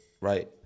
right